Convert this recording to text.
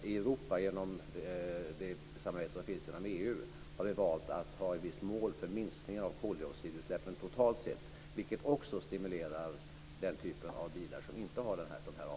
I det samarbete som finns inom EU har vi valt att ha en viss målförminskning av koldioxidutsläppen totalt sett, vilket också stimulerar den typen av bilar som inte har dessa utsläpp.